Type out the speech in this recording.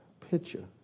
picture